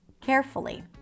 carefully